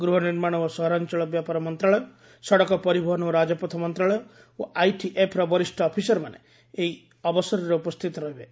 ଗୃହ ନିର୍ମାଣ ଓ ସହରାଞ୍ଚଳ ବ୍ୟାପାର ମନ୍ତ୍ରଣାଳୟ ସଡ଼କ ପରିବହନ ଓ ରାଜପଥ ମନ୍ତ୍ରଶାଳୟ ଓ ଆଇଟିଏଫ୍ର ବରିଷ୍ଠ ଅଫିସରମାନେ ଏହି ଅବସରରେ ଉପସ୍ଥିତ ରହିବେ